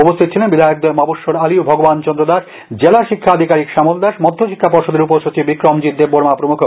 উপস্থিত ছিলেন বিধায়কদ্বয় মবস্বর আলী ও ভগবান চন্দ্র দাস জেলা শিক্ষা আধিকারিক শ্যামল দাস মধ্যশিক্ষা পর্ষদের উপ সচিব বিক্রমজিৎ দেববর্মা প্রমুখ